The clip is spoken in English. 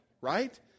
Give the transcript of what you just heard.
right